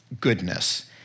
goodness